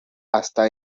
hasta